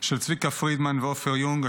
של צביקה פרידמן ועפר יונג,